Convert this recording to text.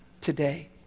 today